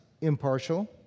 impartial